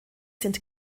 sind